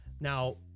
now